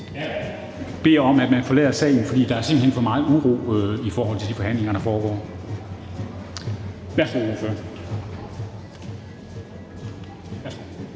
Jeg beder om, at man forlader salen, for der er simpelt hen for meget uro i forhold til de forhandlinger, der foregår. Værsgo til ordføreren.